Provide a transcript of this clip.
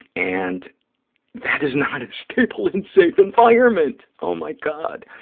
and that is not a stable and safe environment. oh, my god.